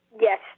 Yes